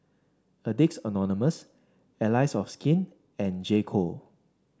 Addicts Anonymous Allies of Skin and J Co